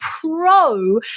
pro